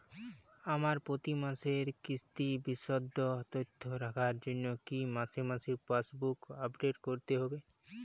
আমার প্রতি মাসের কিস্তির বিশদ তথ্য রাখার জন্য কি মাসে মাসে পাসবুক আপডেট করতে হবে?